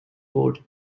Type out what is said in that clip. board